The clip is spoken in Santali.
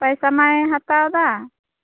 ᱯᱟᱭᱥᱟ ᱢᱟᱭ ᱦᱟᱛᱟᱣᱫᱟ